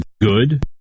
good